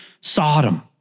Sodom